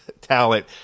talent